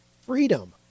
freedom